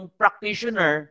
practitioner